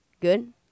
Good